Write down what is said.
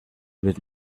with